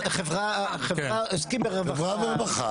חברה, עוסקים ברווחה.